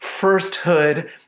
firsthood